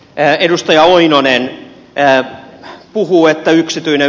edustaja oinonen puhuu että yksityinen